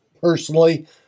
personally